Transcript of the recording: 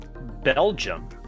Belgium